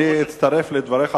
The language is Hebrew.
אני מצטרף לדבריך,